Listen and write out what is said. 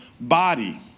body